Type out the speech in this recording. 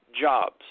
jobs